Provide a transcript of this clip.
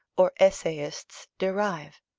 or essayists, derive.